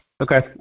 Okay